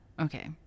Okay